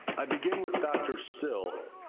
i begin with dr. still.